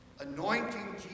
anointing